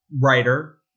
writer